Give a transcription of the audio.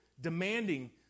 demanding